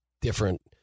different